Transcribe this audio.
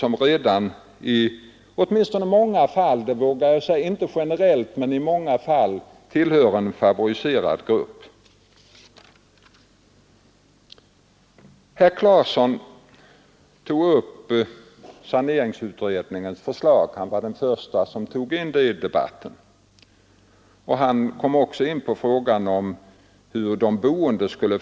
Förbättringslånen på upp till 12 000 kronor per lägenhet, som redan i dag kan erhållas av kommun och allmännyttigt företag — det beslöt vi i höstas —, skall nu vidgas till att gälla också kooperativa företag och enskilda fastighetsägare.